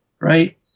right